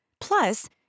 Plus